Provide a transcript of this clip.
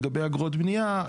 לגבי אגרות בניה,